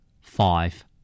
Five